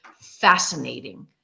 fascinating